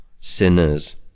sinners